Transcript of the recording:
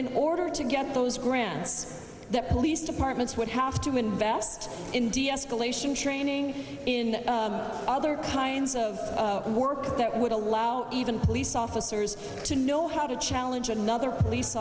in order to get those grants that police departments would have to invest in deescalation training in other kinds of work that would allow even police officers to know how to challenge another police